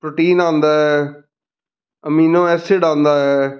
protein ਆਉਂਦਾ amino acid ਆਉਂਦਾ ਹੈ